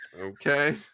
Okay